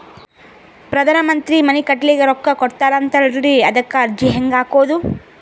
ಪ್ರಧಾನ ಮಂತ್ರಿ ಮನಿ ಕಟ್ಲಿಕ ರೊಕ್ಕ ಕೊಟತಾರಂತಲ್ರಿ, ಅದಕ ಅರ್ಜಿ ಹೆಂಗ ಹಾಕದು?